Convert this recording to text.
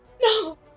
No